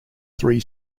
three